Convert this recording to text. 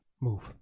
Move